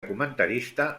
comentarista